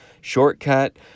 shortcut